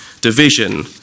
division